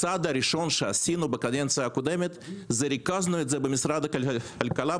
הצעד הראשון שעשינו בקדנציה הקודמת הוא שריכזנו את זה במשרד הכלכלה,